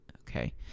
okay